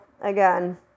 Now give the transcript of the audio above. again